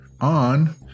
on